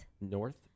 north